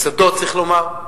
קְסָדות צריך לומר,